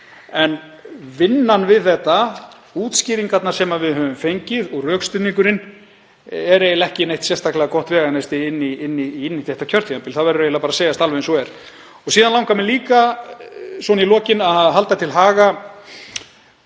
En vinnan við þetta, útskýringarnar sem við höfum fengið og rökstuðningurinn, er ekki neitt sérstaklega gott veganesti inn í þetta kjörtímabil. Það verður eiginlega að segjast alveg eins og er. Síðan langar mig í lokin að halda til haga